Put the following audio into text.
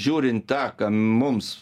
žiūrint tą ką mums